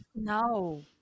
No